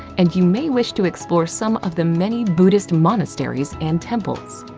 and you may wish to explore some of the many buddhist monasteries and temples.